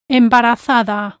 embarazada